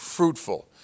Fruitful